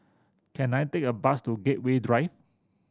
can I take a bus to Gateway Drive